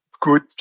good